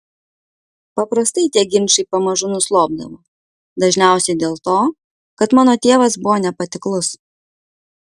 paprastai tie ginčai pamažu nuslopdavo dažniausiai dėl to kad mano tėvas buvo nepatiklus